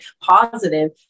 positive